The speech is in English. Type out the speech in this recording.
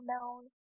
known